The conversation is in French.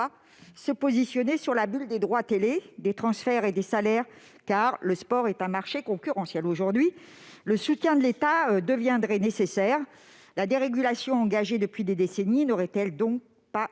se positionner sur la bulle des droits télévisés, des transferts et des salaires, le sport étant un marché concurrentiel. Aujourd'hui, son soutien serait nécessaire. La dérégulation engagée depuis des décennies n'aurait-elle donc pas que